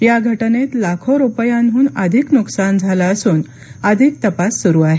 या घटनेत लाखो रुपयांहून अधिक नुकसान झाले असून अधिक तपास सुरु आहे